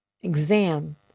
exam